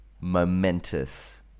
momentous